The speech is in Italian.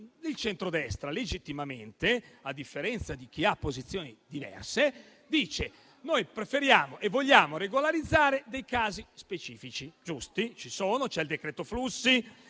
Il centrodestra legittimamente, a differenza di chi ha posizioni diverse, sostiene che preferisce e vuole regolarizzare dei casi specifici e giusti. Ci sono: c'è il decreto flussi,